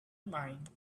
mind